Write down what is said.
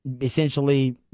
essentially